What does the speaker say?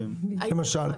למשל.